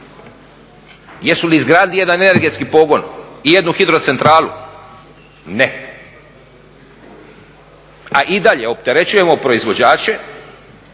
Jesu li izgradili jedan energetski pogon i jednu hidrocentralu? Ne. A i dalje opterećujemo proizvođače